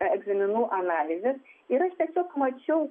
egzaminų analizės ir aš tiesiog mačiau